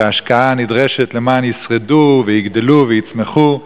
וההשקעה הנדרשת למען ישרדו ויגדלו ויצמחו,